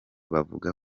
bavuga